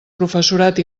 professorat